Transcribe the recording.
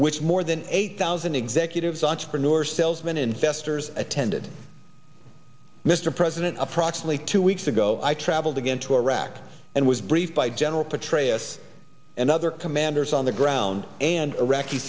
which more than eight thousand executives entrepreneurs salesmen investors attended mr president approximately two weeks ago i traveled again to iraq and was briefed by general petraeus and other commanders on the ground and iraqi